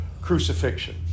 crucifixion